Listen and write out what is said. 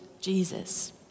Jesus